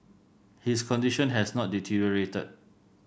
his condition has not deteriorated